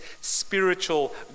spiritual